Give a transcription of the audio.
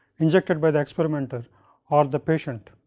injected by the experimenter or the patient,